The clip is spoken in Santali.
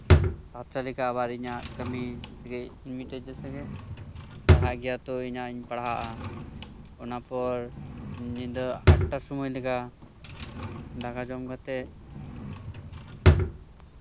ᱥᱟᱛᱴᱟ ᱞᱮᱠᱟ ᱟᱵᱟᱨ ᱤᱧᱟᱹᱜ ᱠᱟᱹᱢᱤ ᱤᱧ ᱡᱮᱭᱥᱮ ᱯᱟᱲᱦᱟᱜ ᱜᱮᱭᱟ ᱛᱚ ᱤᱧᱟᱹᱜ ᱤᱧ ᱯᱟᱲᱦᱟᱜᱼᱟ ᱚᱱᱟ ᱯᱚᱨ ᱧᱤᱫᱟᱹ ᱟᱴᱴᱟ ᱥᱚᱢᱚᱭ ᱞᱮᱠᱟ ᱫᱟᱠᱟ ᱡᱚᱢ ᱠᱟᱛᱮᱫ